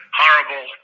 horrible